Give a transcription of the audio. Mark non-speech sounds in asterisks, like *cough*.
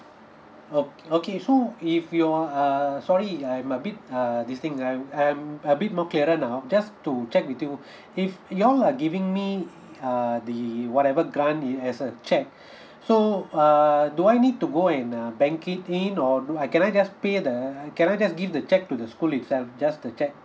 ok~ okay so if we want err sorry I'm a bit uh these things I'm I'm a bit more clearer now just to check with you *breath* if you all are giving me err the whatever grant it as a check *breath* so err do I need to go and uh bank it in or do I can I just pay the can I just give the check to the school itself just to check